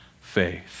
faith